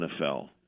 NFL